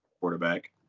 quarterback